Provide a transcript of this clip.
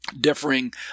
differing